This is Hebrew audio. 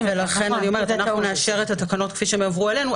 לכן אני אומרת שאנחנו נאשר את התקנות כפי שהן הועברו אלינו,